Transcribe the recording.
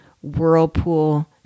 whirlpool